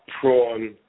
prawn